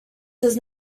does